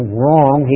wrong